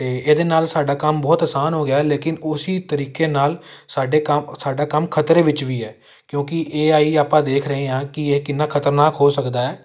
ਅਤੇ ਇਹਦੇ ਨਾਲ ਸਾਡਾ ਕੰਮ ਬਹੁਤ ਆਸਾਨ ਹੋ ਗਿਆ ਲੇਕਿਨ ਉਸੀ ਤਰੀਕੇ ਨਾਲ ਸਾਡੇ ਕੰਮ ਸਾਡਾ ਕੰਮ ਖ਼ਤਰੇ ਵਿੱਚ ਵੀ ਹੈ ਕਿਉਂਕਿ ਏ ਆਈ ਆਪਾਂ ਦੇਖ ਰਹੇ ਹਾਂ ਕਿ ਇਹ ਕਿੰਨਾ ਖ਼ਤਰਨਾਕ ਹੋ ਸਕਦਾ ਹੈ